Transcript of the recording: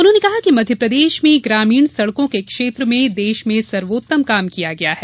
उन्होंने कहा कि मध्यप्रदेश में ग्रामीण सड़कों के क्षेत्र में देश में सर्वोत्तम काम किया गया है